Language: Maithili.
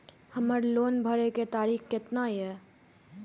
हमर लोन भरे के तारीख केतना ये?